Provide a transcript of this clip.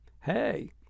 Hey